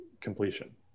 completion